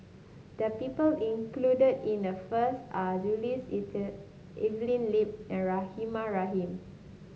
the people included in the first are Jules Itier Evelyn Lip and Rahimah Rahim